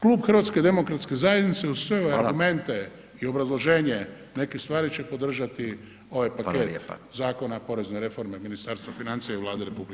Klub HDZ-a uz sve ove argumente [[Upadica: Hvala]] i obrazloženje neke stvari će podržati ovaj paket [[Upadica: Hvala lijepa]] zakona porezne reforme Ministarstva financija i Vlade RH.